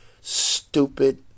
Stupid